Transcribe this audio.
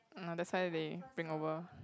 ah that's why they bring over